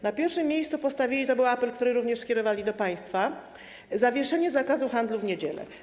Na pierwszym miejscu postawili - to był apel, który również skierowali do państwa - zawieszenie zakazu handlu w niedziele.